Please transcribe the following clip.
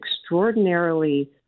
extraordinarily